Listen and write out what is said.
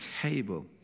table